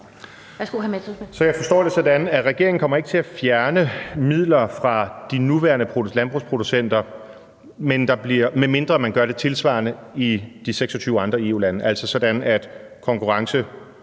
Så jeg forstår det sådan, at regeringen ikke kommer til at fjerne midler fra de nuværende landbrugsproducenter, medmindre man gør det tilsvarende i de 26 andre EU-lande, og altså sådan, at konkurrenceforholdene